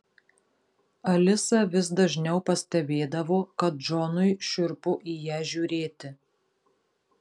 alisa vis dažniau pastebėdavo kad džonui šiurpu į ją žiūrėti